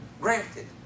Granted